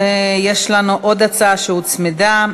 יש לנו עוד הצעה שהוצמדה,